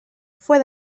fue